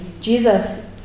Jesus